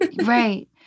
Right